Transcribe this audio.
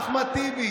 אחמד טיבי,